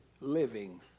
living